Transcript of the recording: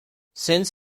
since